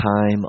time